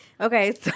Okay